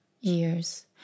years